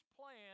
plan